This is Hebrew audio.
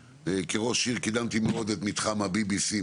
כראש עיר, אני קידמתי מאוד את מתחם ה-BBC,